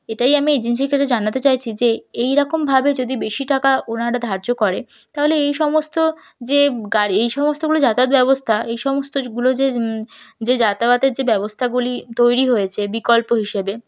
এটাই আমি এজেন্সির কাছে জানাতে চাইছি যে এইরকমভাবে যদি বেশি টাকা ওনারা ধার্য করে তাহলে এই সমস্ত যে গাড়ি এই সমস্তগুলো যাতায়াত ব্যবস্থা এই সমস্তগুলো যে যে যাতায়াতের যে ব্যবস্থাগুলি তৈরি হয়েছে বিকল্প হিসেবে